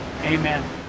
amen